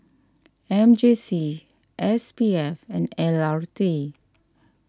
M J C S P F and L R T